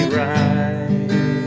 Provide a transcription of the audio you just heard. right